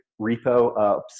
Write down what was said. repo